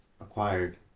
acquired